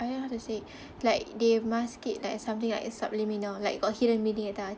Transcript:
I don't know how to say like they must keep like something like subliminal like got hidden meaning that type of